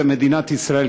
זה מדינת ישראל,